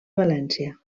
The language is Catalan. valència